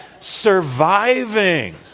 surviving